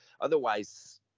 otherwise